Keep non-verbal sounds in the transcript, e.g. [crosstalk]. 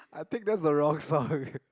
I think that's the wrong story [laughs]